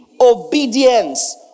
obedience